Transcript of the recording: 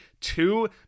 two